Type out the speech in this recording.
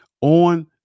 On